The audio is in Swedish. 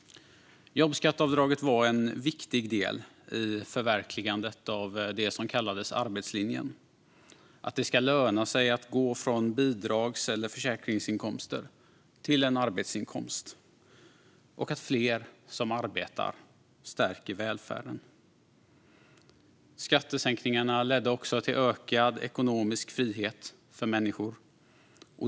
Jobbskatteavdraget var en viktig del i förverkligandet av det som kallades arbetslinjen - att det ska löna sig att gå från bidrags eller försäkringsinkomster till en arbetsinkomst, och att fler som arbetar stärker välfärden. Skattesänkningarna ledde också till ökad ekonomisk frihet för människor.